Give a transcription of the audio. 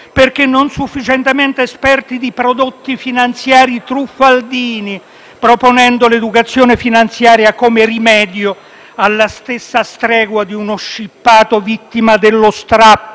perché non sufficientemente esperti di prodotti finanziari truffaldini, proponendo l'educazione finanziaria come rimedio, alla stessa stregua di uno scippato vittima dello strappo